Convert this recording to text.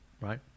right